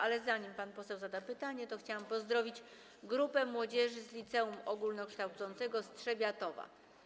Ale zanim pan poseł zada pytania, to chciałam pozdrowić grupę młodzieży z liceum ogólnokształcącego z Trzebiatowa.